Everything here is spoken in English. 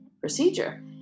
procedure